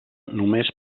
només